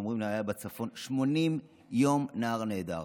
80 יום הנער נעדר.